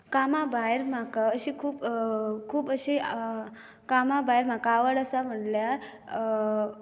कामा भायर म्हाका अशी खूब खूब अशें कामा भायर म्हाका आवड आसा म्हणल्यार